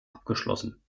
abgeschlossen